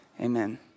Amen